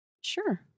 sure